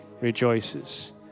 rejoices